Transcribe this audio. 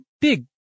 big